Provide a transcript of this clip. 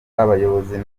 abayobozi